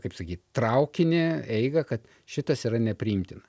kaip sakyt traukinį eigą kad šitas yra nepriimtina